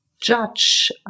judge